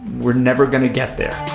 we're never going to get there